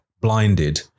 blinded